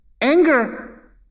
anger